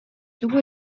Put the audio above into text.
тугу